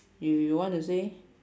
you you want to say